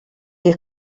che